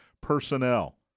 personnel